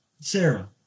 Sarah